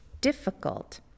difficult